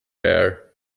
air